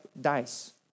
dice